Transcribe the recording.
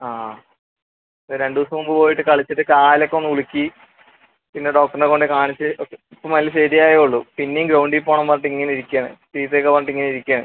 ആ ആ രണ്ട് ദിവസം മുൻപ് പോയിട്ട് കളിച്ചിട്ട് കാൽ ഒക്കെ ഒന്ന് ഉളുക്കി പിന്നെ ഡോക്ടറിനെ കൊണ്ട് കാണിച്ച് ഇപ്പോൾ എല്ലാം ശരി ആയതേ ഉള്ളൂ പിന്നെയും ഗ്രൌൻഡിൽ പോണമെന്ന് പറഞ്ഞിട്ട് ഇങ്ങനെ ഇരിക്കുകയാണ് ചീത്ത ഒക്കെ പറഞ്ഞിട്ട് ഇങ്ങനെ ഇരിക്കുകയാണ്